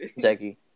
Jackie